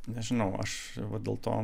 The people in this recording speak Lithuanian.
nežinau aš dėl to